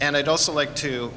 and i'd also like to